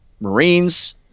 Marines